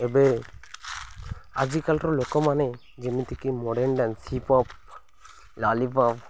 ଏବେ ଆଜିକାଲିର ଲୋକମାନେ ଯେମିତିକି modern dance hip hop lollipop